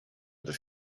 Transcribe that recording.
the